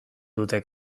dute